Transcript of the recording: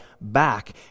back